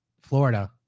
Florida